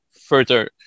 further